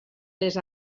les